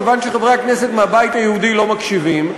כיוון שחברי הכנסת מהבית היהודי לא מקשיבים,